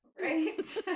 Right